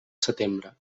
setembre